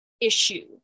issue